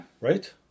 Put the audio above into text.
Right